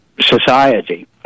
society